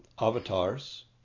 avatars